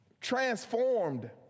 transformed